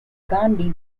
gandhi